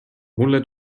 mulle